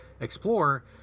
explore